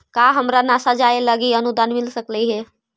का हमरा नासा जाये लागी अनुदान मिल सकलई हे?